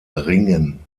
ringen